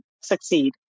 succeed